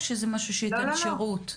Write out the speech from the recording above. או שזה משהו שייתן שירות קבוע,